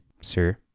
Sir